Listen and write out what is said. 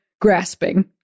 grasping